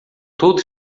todo